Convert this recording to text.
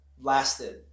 lasted